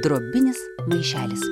drobinis maišelis